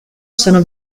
sono